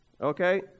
Okay